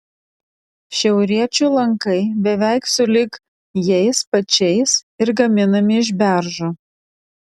šiauriečių lankai beveik sulig jais pačiais ir gaminami iš beržo